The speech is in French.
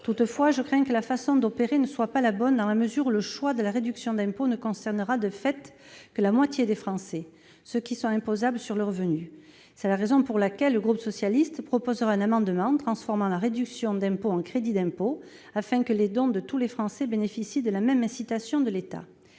Toutefois, je crains que la façon d'opérer ne soit pas la bonne, dans la mesure où le choix de la réduction d'impôt ne concernera, de fait, que la moitié des Français : ceux qui sont imposables sur le revenu. C'est la raison pour laquelle le groupe socialiste a déposé un amendement tendant à transformer la réduction d'impôt en crédit d'impôt, afin que les dons de tous les Français bénéficient de la même incitation de l'État.